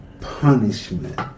punishment